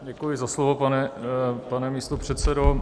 Děkuji za slovo, pane místopředsedo.